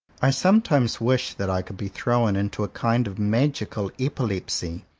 i sometimes wish that i could be thrown into a kind of magical epilepsy,